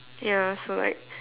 ya so like